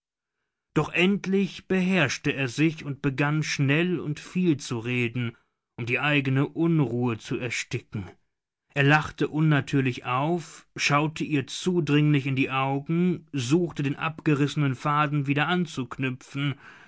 doch endlich beherrschte er sich und begann schnell und viel zu reden um die eigene unruhe zu ersticken er lachte unnatürlich auf schaute ihr zudringlich in die augen suchte den abgerissenen faden wieder anzuknüpfen